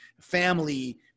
family